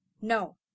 No